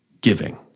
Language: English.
giving